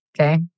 Okay